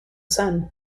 son